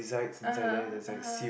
(uh huh) (uh huh)